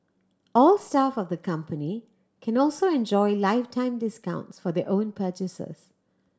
all staff of the company can also enjoy lifetime discounts for their own purchases